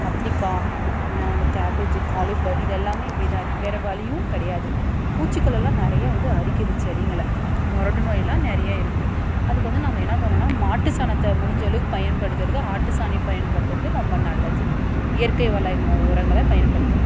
கத்திரிக்காய் அந்த cabbage cauliflower இது எல்லாமே இப்படி தான் இருக்குது வேறு வழியும் கிடையாது பூச்சிக்களெல்லாம் நிறையா வந்து அரிக்குது செடிங்களை மொரடு நோய்லாம் நிறையா இருக்குது அதுக்கு வந்து நம்ம என்ன பண்ணும்னா மாட்டு சாணத்தை முடிஞ்ச அளவுக்கு பயன்படுத்துகிறது ஆட்டு சாணி பயன்படுத்துகிறது ரொம்ப நல்லது இயற்கை வளங்க உரங்களை பயன்படுத்தணும்